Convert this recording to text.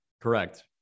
Correct